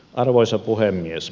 arvoisa puhemies